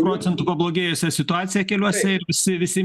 procentų pablogėjusią situaciją keliuose ir visi visi